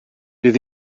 bydd